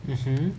mmhmm